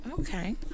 Okay